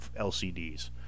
LCDs